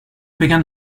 began